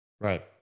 Right